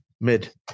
Mid